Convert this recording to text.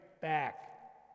back